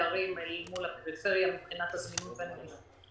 פערים אל מול הפריפריה, מבחינת הזמינות והנגישות.